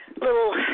little